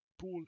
pool